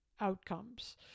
outcomes